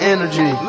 Energy